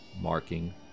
marking